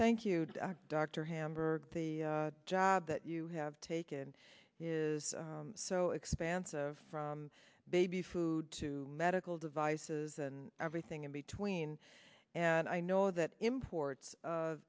thank you dr hamburg the job that you have taken is so expansive from baby food to medical devices and everything in between and i know that imports